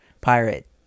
pirate